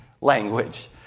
language